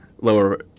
lower